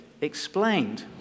explained